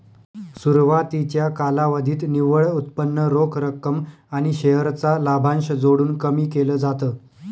सुरवातीच्या कालावधीत निव्वळ उत्पन्न रोख रक्कम आणि शेअर चा लाभांश जोडून कमी केल जात